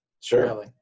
Sure